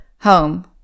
home